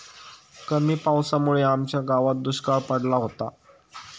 कमी पावसामुळे आमच्या गावात दुष्काळ पडला होता